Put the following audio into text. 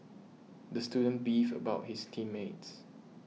the student beefed about his team mates